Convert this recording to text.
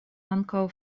ankaŭ